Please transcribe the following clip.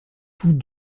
tous